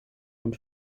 und